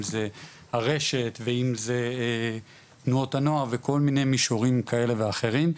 אם זה הרשת ואם זה תנועות הנוער וכל מיני מישורים כאלה ואחרים.